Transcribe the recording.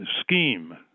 scheme